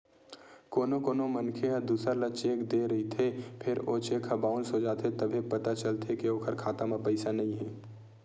कोनो कोनो मनखे ह दूसर ल चेक दे रहिथे फेर ओ चेक ह बाउंस हो जाथे तभे पता चलथे के ओखर खाता म पइसा नइ हे